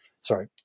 sorry